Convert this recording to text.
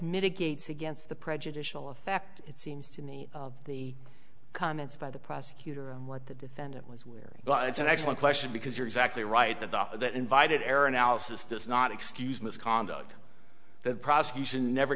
mitigates against the prejudicial effect it seems to me the comments by the prosecutor on what the defendant was wearing but it's an excellent question because you're exactly right that the that invited error analysis does not excuse misconduct the prosecution never